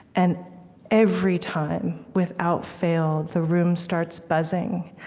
and every time, without fail, the room starts buzzing,